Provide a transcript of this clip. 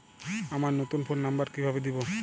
আমার নতুন phone number কিভাবে দিবো?